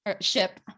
ship